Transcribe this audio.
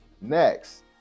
next